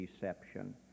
deception